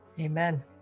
amen